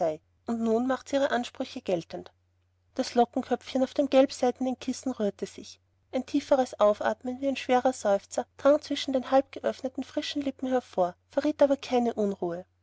und macht nun natürlich ihre ansprüche geltend das lockenköpfchen auf dem gelbseidenen kissen rührte sich ein tieferes aufatmen wie ein schwerer seufzer drang zwischen den halbgeöffneten frischen lippen hervor verriet aber keine unruhe